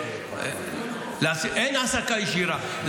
אין העסקה ישירה,